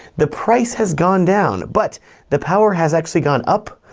the price has gone down, but the power has actually gone up.